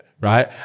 right